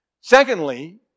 Secondly